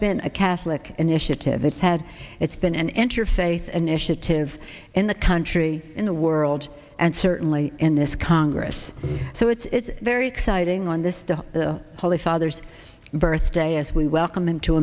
been a catholic initiative it's had it's been an interfaith an initiative in the country in the world and certainly in this congress so it's very exciting on this the holy father's birthday as we welcome